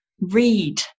read